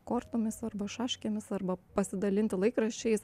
kortomis arba šaškėmis arba pasidalinti laikraščiais